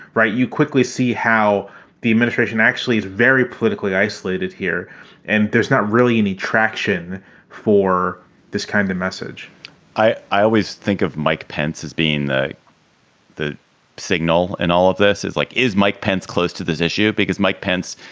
right. you quickly see how the administration actually is very politically isolated here and there's not really any traction for this kind of message i, i always think of mike pence as being the the signal in all of this is like, is mike pence close to this issue? because mike pence,